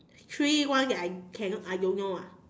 three one that I cannot I don't know ah